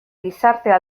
gizartea